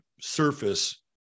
surface